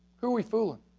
who we fooling?